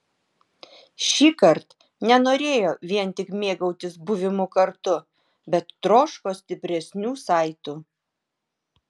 šįkart nenorėjo vien tik mėgautis buvimu kartu bet troško stipresnių saitų